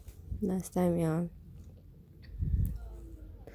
last time ya